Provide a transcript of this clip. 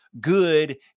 good